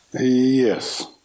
yes